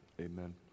Amen